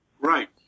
Right